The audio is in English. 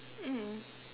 mm